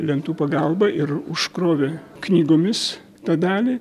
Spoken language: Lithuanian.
lentų pagalba ir užkrovė knygomis tą dalį